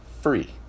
free